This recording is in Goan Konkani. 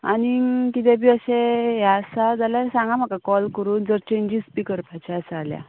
आनीक किदें बी अशें हें आसा जाल्यार सांगां म्हाका कॉल करून जर चेंजीस बी करपाचे आसा जाल्यार